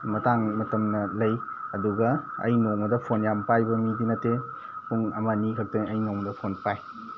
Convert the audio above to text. ꯃꯇꯥꯡ ꯃꯇꯝꯅ ꯂꯩ ꯑꯗꯨꯒ ꯑꯩ ꯅꯣꯡꯃꯗ ꯐꯣꯟ ꯌꯥꯝꯅ ꯄꯥꯏꯕ ꯃꯤꯗꯤ ꯅꯠꯇꯦ ꯄꯨꯡ ꯑꯃ ꯑꯅꯤ ꯈꯛꯇꯪ ꯑꯩ ꯅꯣꯡꯃꯗ ꯐꯣꯟ ꯄꯥꯏ